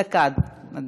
דקה, אדוני.